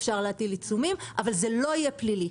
ניתן להטיל עיצומים אבל זה לא יהיה פלילי.